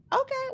okay